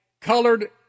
colored